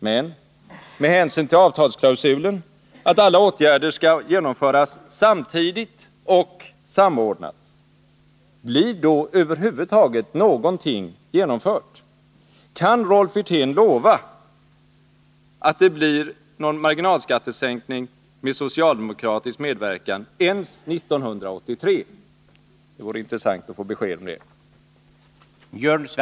Men — med hänsyn till avtalsklausulen att alla åtgärder skall genomföras samtidigt och samordnat — blir då över huvud taget någonting genomfört? Kan Rolf Wirtén lova att det blir någon marginalskattesänkning med socialdemokratisk medverkan ens 1983?